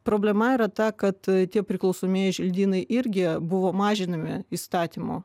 problema yra ta kad tie priklausomieji želdynai irgi jie buvo mažinami įstatymu